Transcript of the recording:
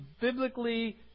biblically